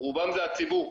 רובם זה הציבור.